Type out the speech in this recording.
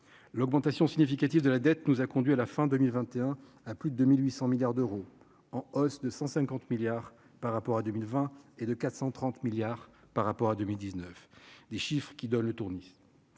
l'augmentation significative de la dette, nous a conduit à la fin 2021 à plus de 2800 milliards d'euros, en hausse de 150 milliards par rapport à 2020 et de 430 milliards par rapport à 2019, des chiffres qui donnent le tournis,